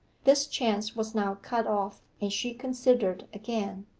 this chance was now cut off, and she considered again.